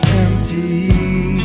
empty